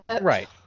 Right